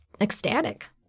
ecstatic